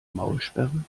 maulsperre